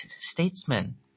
statesman